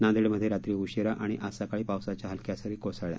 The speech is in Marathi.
नांदेडमध्ये रात्री उशिरा आणि आज सकाळी पावसाच्या हलक्या सरी कोसळल्या